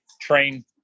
train